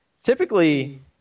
typically